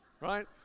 right